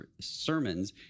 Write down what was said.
sermons